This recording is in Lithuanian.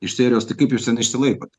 iš serijos tai kaip jūs ten išsilaikot